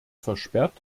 versperrt